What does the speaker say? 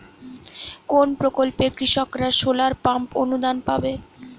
কোন প্রকল্পে কৃষকরা সোলার পাম্প অনুদান পাবে?